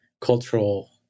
cultural